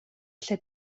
lle